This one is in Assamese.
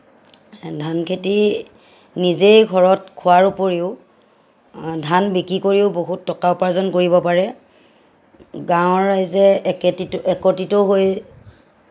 ধান খেতি নিজেই ঘৰত খোৱাৰ ওপৰিও ধান বিক্ৰী কৰিও বহুত টকা উপাৰ্জন কৰিব পাৰে গাঁৱৰ ৰাইজে একতিত একত্ৰিত হৈ